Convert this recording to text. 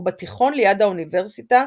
וב'תיכון ליד האוניברסיטה'